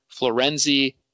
Florenzi